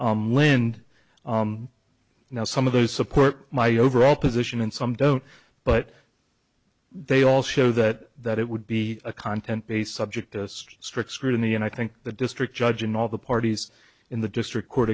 linde now some of those support my overall position and some don't but they all show that that it would be a content based subject to strict scrutiny and i think the district judge and all the parties in the district court